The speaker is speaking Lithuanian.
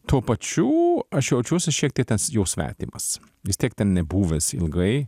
tuo pačiu aš jaučiuosi šiek tiek ten jau svetimas vis tiek ten nebuvęs ilgai